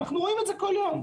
רואים את זה כל יום.